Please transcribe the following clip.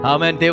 Amen